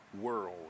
world